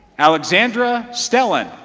alexandra stelin